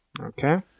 Okay